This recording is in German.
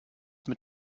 mit